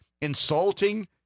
insulting